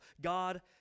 God